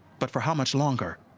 but for how much longer?